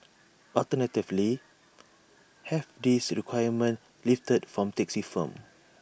alternatively have these requirements lifted from taxi firms